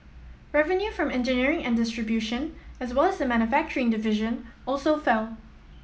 revenue from engineering and distribution as well as the manufacturing division also fell